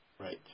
Right